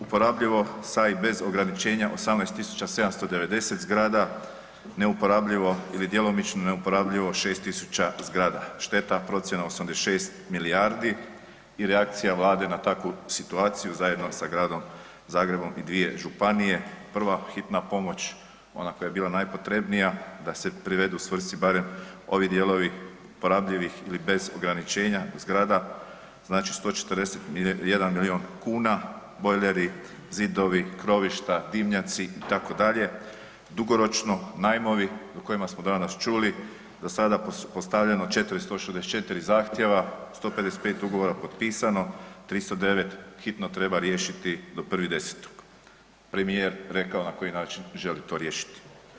Uporabljivo sa i bez ograničenja 18790 zgrada, neuporabljivo ili djelomično neuporabljivo 6000 zgrada, šteta procjena 86 milijardi i reakcija vlade na takvu situaciju zajedno sa Gradom Zagrebom i dvije županije, prva hitna pomoć, ona koja je bila najpotrebnija da se privedu svrsi barem ovi dijelovi uporabljivih ili bez ograničenja zgrada, znači 141 milijun kuna, bojleri, zidovi, krovišta, dimnjaci itd., dugoročno najmovi o kojima smo danas čuli, do sada postavljeno 464 zahtjeva, 155 ugovora potpisano, 309 hitno treba riješiti do 1.10., premijer je rekao na koji način želi to riješiti.